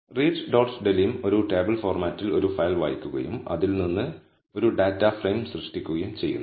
read dot delim ഒരു table ഫോർമാറ്റിൽ ഒരു ഫയൽ വായിക്കുകയും അതിൽ നിന്ന് ഒരു ഡാറ്റ ഫ്രെയിം സൃഷ്ടിക്കുകയും ചെയ്യുന്നു